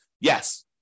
Yes